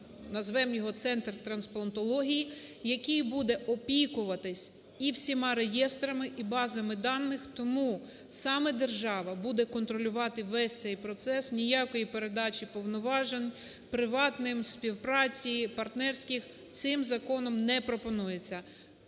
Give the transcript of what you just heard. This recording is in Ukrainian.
назвемо його "центр трансплантології", який буде опікуватись і всіма реєстрами, і базами даних. Тому саме держава буде контролювати весь цей процес. Ніякої передачі повноважень – приватним, співпраці, партнерських – цим законом не пропонується.